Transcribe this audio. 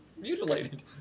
mutilated